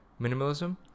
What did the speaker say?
minimalism